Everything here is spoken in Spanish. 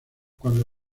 cuando